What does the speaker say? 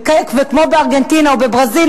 וכמו בארגנטינה או בברזיל,